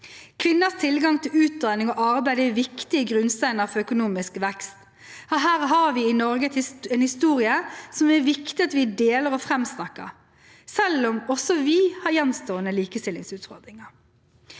Kvinners tilgang til utdanning og arbeid er viktige grunnsteiner for økonomisk vekst. Her har vi i Norge en historie som det er viktig at vi deler og framsnakker, selv om også vi har gjenstående likestillingsutfordringer.